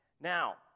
Now